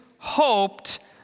Hoped